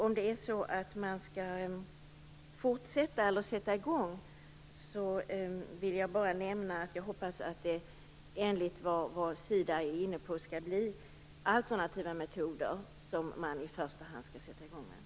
Om man tänker fortsätta eller sätta i gång projekt, hoppas jag, i enlighet med vad Sida är inne på, att man i första hand använder sig av alternativa metoder.